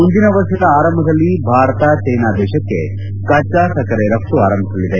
ಮುಂದಿನ ವರ್ಷದ ಆರಂಭದಲ್ಲಿ ಭಾರತ ಜೈನಾ ದೇಶಕ್ಕೆ ಕಚ್ಚಾ ಸಕ್ಕರೆ ರಫ್ತು ಆರಂಭಿಸಲಿದೆ